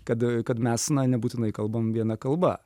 kad a kad mes na nebūtinai kalbam viena kalba